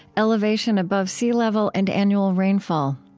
elevation above sea level and annual rainfall.